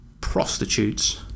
prostitutes